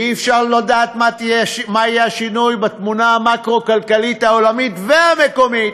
אי-אפשר לדעת מה יהיה השינוי בתמונה המקרו-כלכלית העולמית והמקומית.